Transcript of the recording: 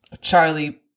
Charlie